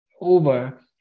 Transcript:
over